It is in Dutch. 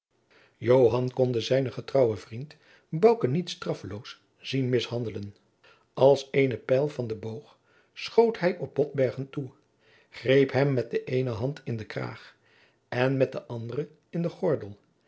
konde zijnen getrouwen vriend bouke niet straffeloos zien mishandelen als eene pijl van den boog schoot hij op botbergen toe greep hem met de eene hand in den kraag en met de andere in den gordel